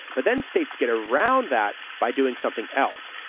but then states get around that by doing something else,